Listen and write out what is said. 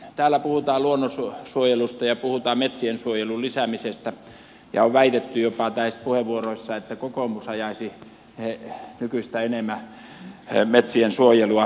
nyt täällä puhutaan luonnonsuojelusta ja puhutaan metsiensuojelun lisäämisestä ja puheenvuoroissa on väitetty jopa että kokoomus ajaisi nykyistä enemmän metsiensuojelua